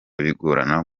bigorana